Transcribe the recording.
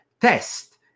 test